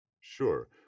Sure